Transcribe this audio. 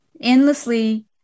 endlessly